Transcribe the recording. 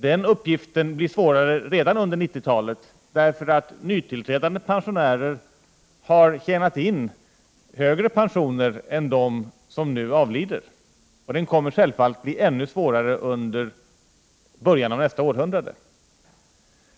Den uppgiften blir redan under 1990-talet svårare att lösa på grund av att nytillträdande pensionärer har tjänat in högre pensioner än vad de har som nu avlider. Situationen kommer självfallet att bli ännu svårare under början av nästa århundrade.